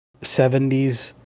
70s